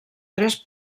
tres